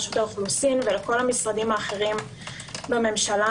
לרשות האוכלוסין ולכל המשרדים האחרים בממשלה